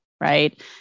Right